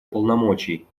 полномочий